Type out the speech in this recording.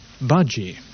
Budgie